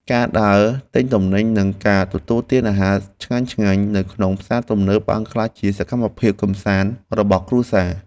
ការដើរទិញទំនិញនិងការទទួលទានអាហារឆ្ងាញ់ៗនៅក្នុងផ្សារទំនើបបានក្លាយជាសកម្មភាពកម្សាន្តរបស់គ្រួសារ។